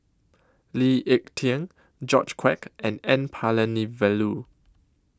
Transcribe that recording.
Lee Ek Tieng George Quek and N Palanivelu